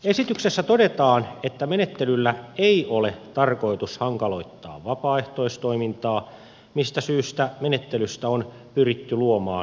esityksessä todetaan että menettelyllä ei ole tarkoitus hankaloittaa vapaaehtoistoimintaa mistä syystä menettelystä on pyritty luomaan joustava